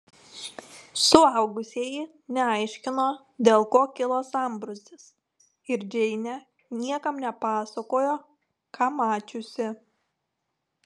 suaugusieji neaiškino dėl ko kilo sambrūzdis ir džeinė niekam nepasakojo ką mačiusi